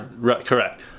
Correct